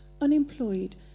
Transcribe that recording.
unemployed